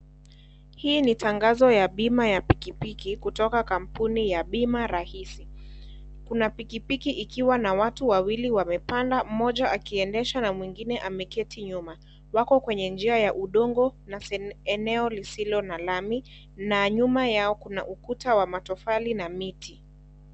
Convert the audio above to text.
Hii ni tangazo ya bima ya pikipiki, kutoka kampuni ya Bima Rahisi. Kuna pikipiki ikiwa na watu wawili wamepanda, mmoja akiendesha na mwingine ameketi nyuma. Wako kwenye njia ya udongo na se eneo lisilo na lami na nyuma yao kuna ukuta wa matofali na miti.